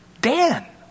Dan